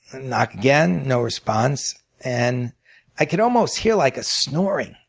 knock again, no response. and i could almost hear like a snoring.